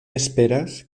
esperas